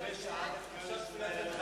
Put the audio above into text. התשס"ט 2009,